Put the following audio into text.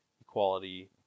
equality